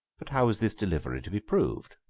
but how was this delivery to be proved?